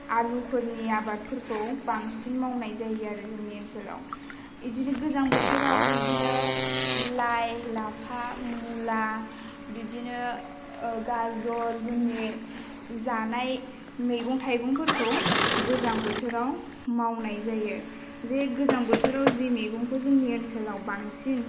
आलुफोरनि आबादफोरखौ बांसिन मावनाय जायो आरो जोंनि ओनसोलाव इदिनो गोजां बोथोराव बिब्दिनो लाइ लाफा मुला बिब्दिनो गाजर जोंनि जानाय मैगं थाइगंफोरखौ गोजां बोथोराव मावनाय जायो जे गोजां बोथोराव जे मैगंखौ जोंनि ओनसोलाव बांसिन